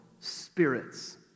spirits